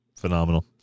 Phenomenal